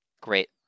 Great